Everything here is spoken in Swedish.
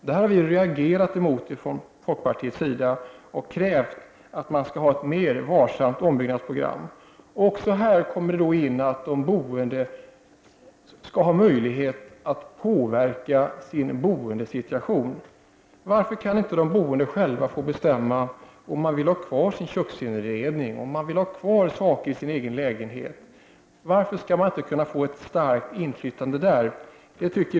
Folkpartiet har reagerat mot detta, och vi har krävt ett mer varsamt ombyggnadsprogram. Också i fråga om detta är det viktigt att de boende har möjlighet att påverka sin boendesituation. Varför kan inte de boende själva få bestämma om de vill ha kvar sin köksinredning och annat i sin egen lägenhet? Varför kan de boende inte få ha ett starkt inflytande över dessa frågor?